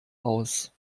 aus